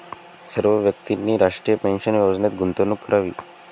सर्व व्यक्तींनी राष्ट्रीय पेन्शन योजनेत गुंतवणूक करावी